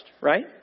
right